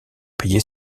payer